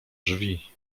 drzwi